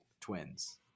twins